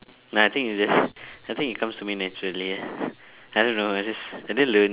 nah I think it just I think it comes to me naturally I don't know I just I just learn it